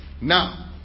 Now